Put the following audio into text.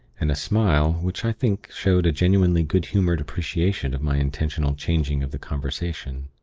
and a smile which i think showed a genuinely good-humored appreciation of my intentional changing of the conversation.